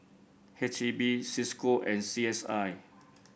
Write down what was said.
H E B Cisco and C S I